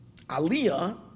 aliyah